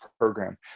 Program